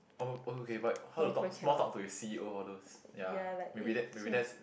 oh okay but how to talk small talk to your c_e_o all those ya maybe that maybe that's